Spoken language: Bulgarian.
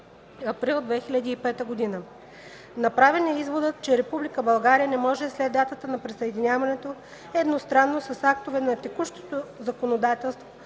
април 2005 г. Направен е изводът, че Република България не може след датата на присъединяването едностранно с актове на текущото законодателство